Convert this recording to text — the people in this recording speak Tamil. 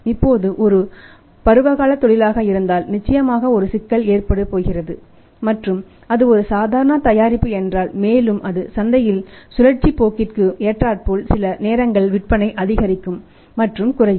இப்போது இது ஒரு பருவகால தொழிலாக இருந்தால் நிச்சயமாக ஒரு சிக்கல் ஏற்படப்போகிறது மற்றும் அது ஒரு சாதாரண தயாரிப்பு என்றால் மேலும் அது சந்தையின் சுழற்சி போக்கிற்கு ஏற்றாற்போல் சில நேரங்களில் விற்பனை அதிகரிக்கும் மற்றும் குறையும்